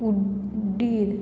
उड्डीर